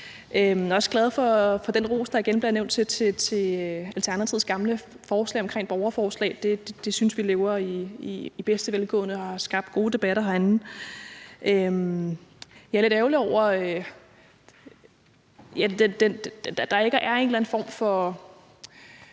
Jeg er også glad for den ros, der igen bliver nævnt i forhold til Alternativets gamle forslag om borgerforslag. Det synes vi lever i bedste velgående og har skabt gode debatter herinde. Jeg er lidt ærgerlig over, at der ikke er en eller anden form for